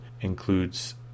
includes